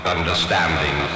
Understanding